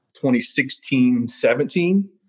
2016-17